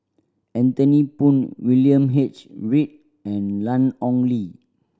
Anthony Poon William H Read and Ian Ong Li